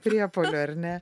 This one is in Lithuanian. priepuolių ar ne